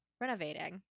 renovating